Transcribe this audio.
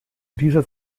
dieser